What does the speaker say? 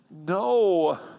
No